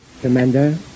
Commander